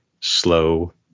slow